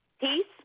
Peace